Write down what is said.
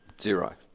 zero